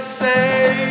say